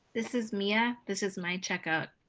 this is mia. this is my checkout.